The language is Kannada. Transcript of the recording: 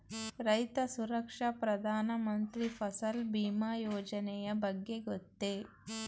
ರೈತ ಸುರಕ್ಷಾ ಪ್ರಧಾನ ಮಂತ್ರಿ ಫಸಲ್ ಭೀಮ ಯೋಜನೆಯ ಬಗ್ಗೆ ಗೊತ್ತೇ?